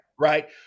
Right